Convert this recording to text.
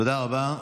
תודה רבה.